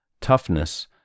Toughness